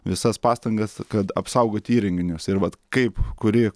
visas pastangas kad apsaugoti įrenginius ir vat kaip kuri